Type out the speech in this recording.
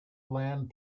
land